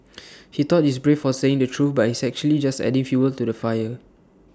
he thought he's brave for saying the truth but he's actually just adding fuel to the fire